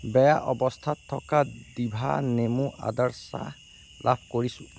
বেয়া অৱস্থাত থকা ডিভা নেমু আদাৰ চাহ লাভ কৰিছোঁ